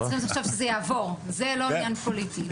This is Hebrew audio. אנחנו רוצים שזה יעבור, זה לא עניין פוליטי.